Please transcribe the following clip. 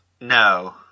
No